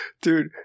dude